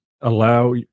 allow